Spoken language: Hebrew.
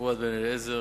פואד בן-אליעזר,